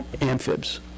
amphibs